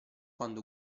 quando